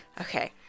Okay